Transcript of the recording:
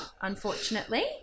unfortunately